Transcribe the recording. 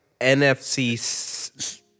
NFC